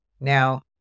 Now